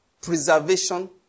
preservation